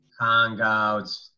Hangouts